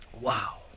Wow